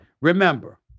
Remember